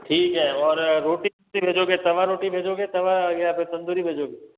ठीक है और रोटी कितनी भेजोगे तवा रोटी भेजोगे तवा या तंदूरी भेजोगे